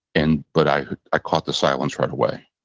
and but i i caught the silence right away.